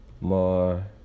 more